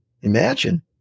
imagine